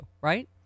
right